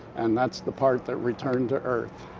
and that's the part that returned to earth.